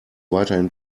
weiterhin